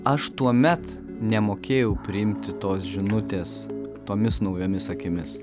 aš tuomet nemokėjau priimti tos žinutės tomis naujomis akimis